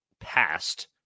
past